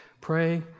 Pray